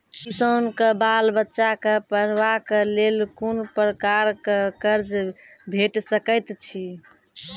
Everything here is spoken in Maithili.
किसानक बाल बच्चाक पढ़वाक लेल कून प्रकारक कर्ज भेट सकैत अछि?